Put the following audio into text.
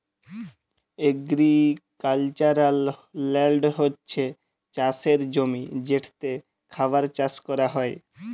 agricultural land হছে চাষের জমি যেটতে খাবার চাষ ক্যরা হ্যয়